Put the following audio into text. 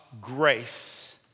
grace